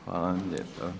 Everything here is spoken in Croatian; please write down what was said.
Hvala vam lijepa.